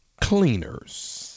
cleaners